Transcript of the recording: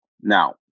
Now